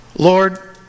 Lord